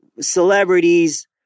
celebrities